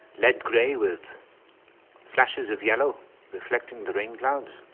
lead gray with flashes of yellow reflecting the rain clouds.